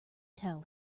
tell